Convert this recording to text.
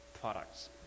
products